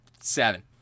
Seven